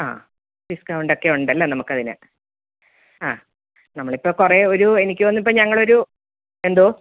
ആ ഡിസ്കൗണ്ട് ഒക്കെയുണ്ട് അല്ലേ നമുക്കതിന് ആ നമ്മളിപ്പോൾ കുറേ ഒരു എനിക്ക് തോന്നുന്നു ഇപ്പം ഞങ്ങളൊരു എന്തോ